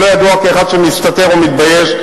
אני לא ידוע כאחד שמסתתר או מתבייש,